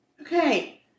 Okay